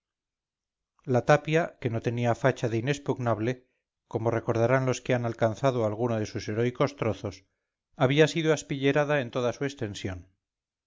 la tapia que no tenía facha de inexpugnable como recordarán los que han alcanzado alguno de sus heroicos trozos había sido aspillerada en toda su extensión